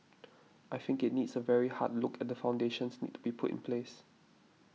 I think it needs a very hard look at foundations need to be put in place